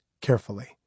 carefully